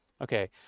okay